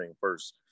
first